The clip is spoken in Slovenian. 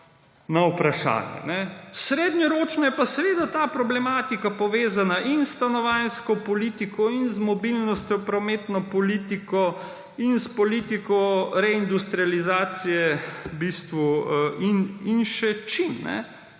na vprašanje. Srednjeročno je pa seveda ta problematika povezana s stanovanjsko politiko in z mobilnostjo, prometno politiko in v bistvu s politiko reindustrializacije in še čim.